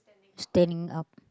standing up